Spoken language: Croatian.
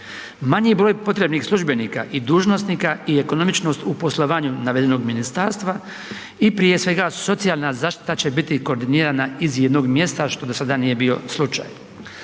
Manji broj potrebnih službenika i dužnosnika i ekonomičnost u poslovanju navedenog ministarstva i prije svega socijalna zaštita će biti koordinirana iz jednog mjesta što do sada nije bio slučaj.